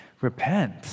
Repent